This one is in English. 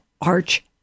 arch